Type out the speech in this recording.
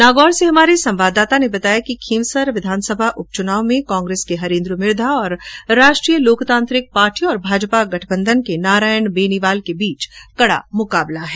नागौर से हमारे संवाददाता ने बताया कि खींवसर विधानसभा उप चुनाव में कांग्रेस के हरेन्द्र मिर्धा और राष्ट्रीय लोकतांत्रिक पार्टी और भाजपा गठबंधन के नारायण बेनीवाल के बीच कडा मुकाबला है